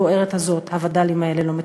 בוערת הזאת הווד"לים האלה לא מתקנות.